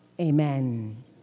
Amen